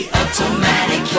automatic